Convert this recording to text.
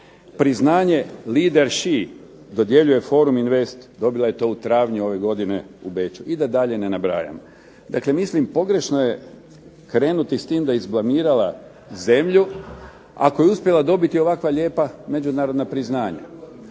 priznanje lider she, dodjeljuje forum invest, dobila je to u travnju ove godine u Beču. I da dalje ne nabrajam. Dakle mislim pogrešno je krenuti s tim da je izblamirala zemlju, ako je uspjela dobiti ovakva lijepa međunarodna priznanja.